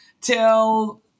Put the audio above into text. till